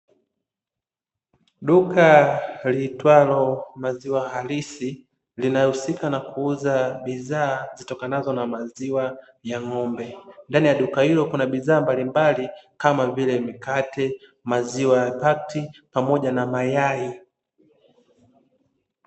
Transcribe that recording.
Duka liitwalo ''maziwa halisi'' linahusika na kuuza bidhaa zitokanazo na maziwa ya ng’ombe. Ndani ya duka hilo kuna bidhaa mbalimbali; kama vile mikate, maziwa ya pakiti, pamoja na mayai.